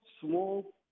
small